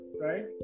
right